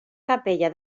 capella